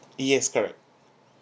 yes correct